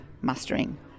mustering